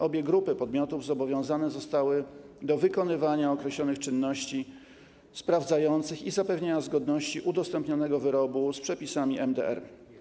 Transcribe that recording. Obie grupy podmiotów zobowiązane zostały do wykonywania określonych czynności sprawdzających i zapewniania zgodności udostępnionego wyrobu z przepisami MDR.